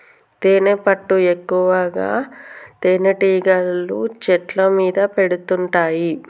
తేనెపట్టు ఎక్కువగా తేనెటీగలు చెట్ల మీద పెడుతుంటాయి